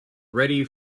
ready